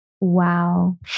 Wow